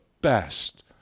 best